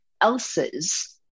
else's